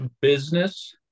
business